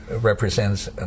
represents